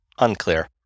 Unclear